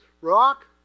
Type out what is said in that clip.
rock